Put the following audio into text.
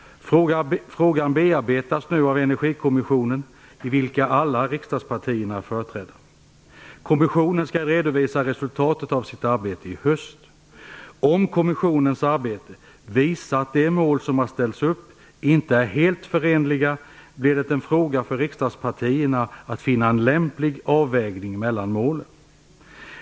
Frågan bearbetas nu av Energikommissionen, i vilken alla riksdagspartierna är företrädda. Kommissionen skall redovisa resultatet av sitt arbete i höst. Om kommissionens arbete visar att de mål som ställts upp inte är helt förenliga blir det en fråga för riksdagspartierna att finna en lämplig avvägning mellan målen.